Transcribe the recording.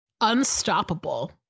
unstoppable